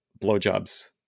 blowjobs